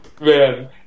man